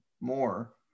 more